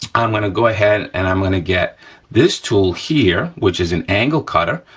i'm gonna go ahead and i'm gonna get this tool here, which is an angle cutter,